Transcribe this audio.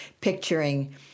picturing